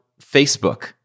Facebook